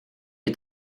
est